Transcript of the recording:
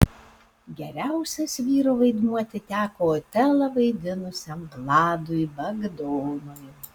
geriausias vyro vaidmuo atiteko otelą vaidinusiam vladui bagdonui